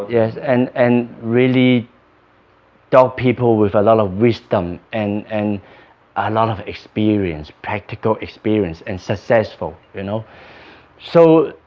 yes, and and really dog people with a lot of wisdom and and a lot of experience practical experience and successful, you know so